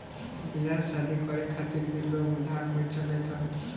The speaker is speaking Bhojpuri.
बियाह शादी करे खातिर भी लोग उधार पइचा लेत हवे